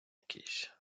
якийсь